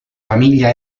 famiglia